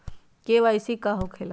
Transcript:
KYC का होला?